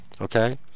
okay